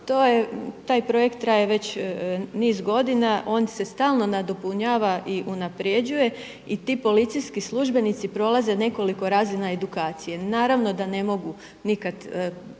taj projekt traje već niz godina, on se stalno nadopunjava i unaprjeđuje i ti policijski službenici prolaze nekoliko razina edukacije. Naravno da ne mogu nikad